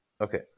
Okay